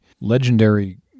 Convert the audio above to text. legendary